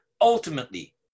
Ultimately